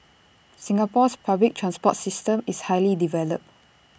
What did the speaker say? Singapore's public transport system is highly developed